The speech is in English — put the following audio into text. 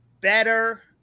better